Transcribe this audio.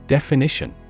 Definition